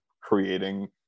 creating